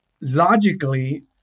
logically